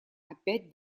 опять